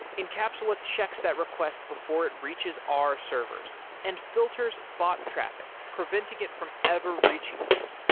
incapsula checks that request before it reaches our servers and filters bot traffic, preventing it from ever reaching us.